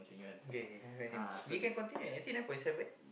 k k come continue you can continue eighty nine point seven